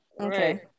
okay